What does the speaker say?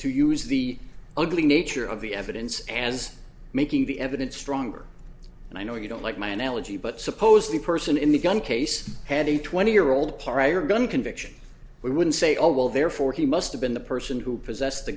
to use the ugly nature of the evidence as making the evidence stronger and i know you don't like my analogy but suppose the person in the gun case had a twenty year old par or gun conviction we would say oh well therefore he must have been the person who possessed the